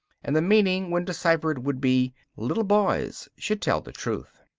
and the meaning when deciphered would be little boys should tell the truth.